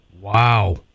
Wow